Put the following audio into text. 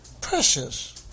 Precious